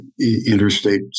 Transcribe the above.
Interstate